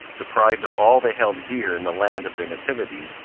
deprived of all they held dear in the land of their nativity,